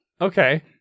Okay